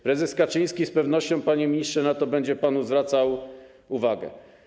Prezes Kaczyński z pewnością, panie ministrze, na to będzie zwracał pana uwagę.